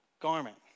garment